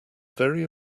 very